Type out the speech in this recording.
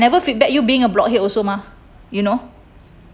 never feedback you being a blockhead also mah you know